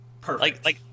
Perfect